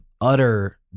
utter